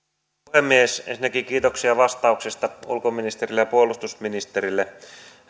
puhemies ensinnäkin kiitoksia ulkoministerille ja puolustusministerille vastauksista